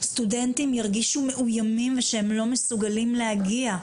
סטודנטים ירגישו מאוימים ושהם לא מסוגלים להגיע.